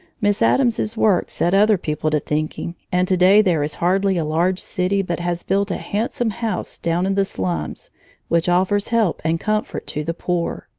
miss addams's work set other people to thinking, and to-day there is hardly a large city but has built a handsome house down in the slums which offers help and comfort to the poor.